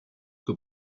que